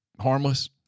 harmless –